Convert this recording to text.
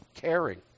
caring